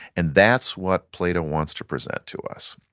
and that's what plato wants to present to us.